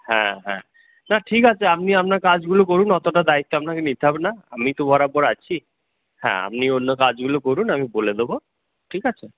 হ্যাঁ হ্যাঁ না ঠিক আছে আপনি আপনার কাজগুলো করুন অতটা দায়িত্ব আপনাকে নিতে হবে না আমি তো বরাবর আছি হ্যাঁ আপনি অন্য কাজগুলো করুন আমি বলে দেবো ঠিক আছে